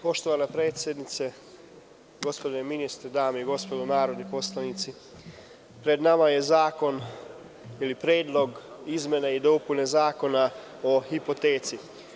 Poštovana predsednice, gospodine ministre, dame i gospodo narodni poslanici, pred nama je Predlog izmena i dopuna Zakona o hipoteci.